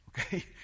Okay